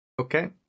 Okay